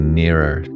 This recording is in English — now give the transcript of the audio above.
nearer